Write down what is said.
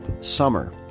summer